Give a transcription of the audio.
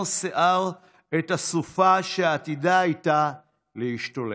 שיער את הסופה שעתידה הייתה להשתולל.